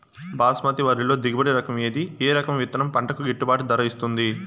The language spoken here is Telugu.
బాస్మతి వరిలో దిగుబడి రకము ఏది ఏ రకము విత్తనం పంటకు గిట్టుబాటు ధర ఇస్తుంది